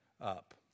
up